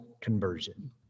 conversion